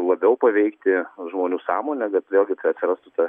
labiau paveikti žmonių sąmonę bet vėlgi atsirastų ta